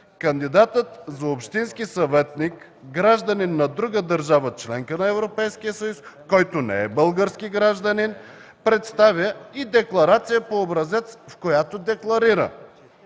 кандидатът за общински съветник – гражданин на друга държава – членка на Европейския съюз, който не е български гражданин, представя и декларация по образец, в която декларира: